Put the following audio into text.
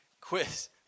Quiz